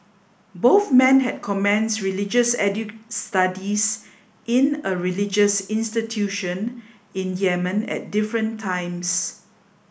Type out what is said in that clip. both men had commenced religious studies in a religious institution in Yemen at different times